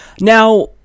Now